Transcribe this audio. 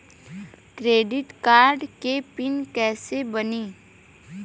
Credit card के PIN कैसे बनी?